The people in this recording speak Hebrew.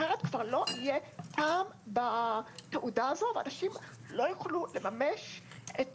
כבר לא יהיה טעם בתעודה הזו ואנשים לא יוכלו לממש את